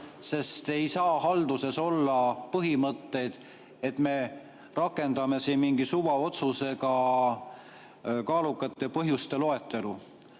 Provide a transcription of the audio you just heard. sest ei saa halduses olla põhimõtet, et me rakendame siin mingi suvaotsusega kaalukate põhjuste loetelu.